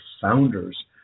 founders